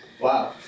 wow